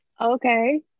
Okay